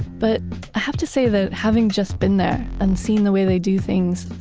but i have to say that having just been there and seeing the way they do things,